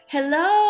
Hello